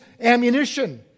ammunition